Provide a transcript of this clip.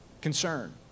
concern